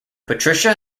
patricia